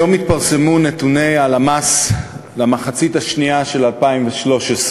היום התפרסמו נתוני הלמ"ס למחצית השנייה של 2013,